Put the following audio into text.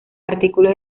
artículos